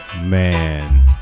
Man